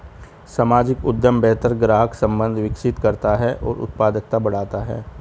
सामाजिक उद्यम बेहतर ग्राहक संबंध विकसित करता है और उत्पादकता बढ़ाता है